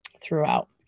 throughout